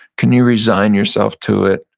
can you resign yourself to it?